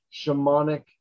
shamanic